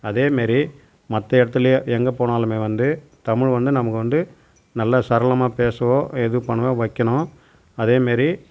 அதேமாரி மற்ற இடத்துலயே எங்கே போனாலுமே வந்து தமிழ் வந்து நமக்கு வந்து நல்லா சரளமாக பேசவோ எது பண்ணவோ வைக்கணும் அதேமாரி